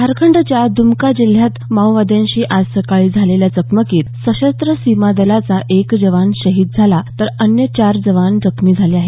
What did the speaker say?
झारखंडच्या दुमका जिल्ह्यात माओवाद्यांशी आज सकाळी झालेल्या चकमकीत सशस्त्र सीमा दलाचा एक जवान शहिद झाला तर अन्य चार जवान जखमी झाले आहेत